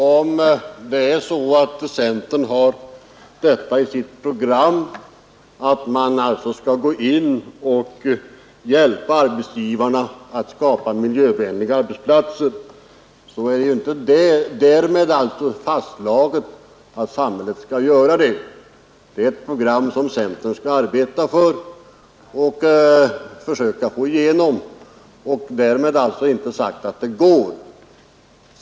Herr talman! Även om centern har den punkten i sitt program att samhället skall hjälpa arbetsgivarna att skapa miljövänliga arbetsplatser är det inte därmed fastslaget att samhället skall göra det. Det är ett program som centern skall arbeta för att försöka få igenom, men därmed är inte sagt att det går.